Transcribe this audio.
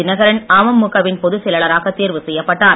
தினகரன் அமமுக வின் பொதுச் செயலாளராகத் தேர்வு செய்யப்பட்டார்